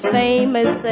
famous